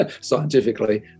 scientifically